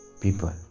people